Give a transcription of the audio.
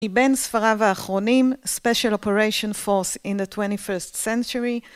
היא בין ספריו האחרונים, Special Operation Force in the 21st Century.